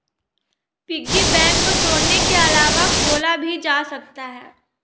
piggy bank को तोड़ने के अलावा खोला भी जा सकता है